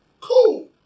cool